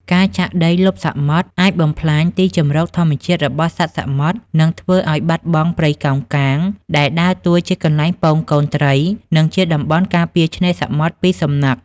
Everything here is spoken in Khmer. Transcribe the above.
ការចាក់ដីលុបសមុទ្រ អាចបំផ្លាញទីជម្រកធម្មជាតិរបស់សត្វសមុទ្រ និងធ្វើឲ្យបាត់បង់ព្រៃកោងកាង ដែលដើរតួជាកន្លែងពងកូនត្រី និងជាតំបន់ការពារឆ្នេរសមុទ្រពីសំណឹក។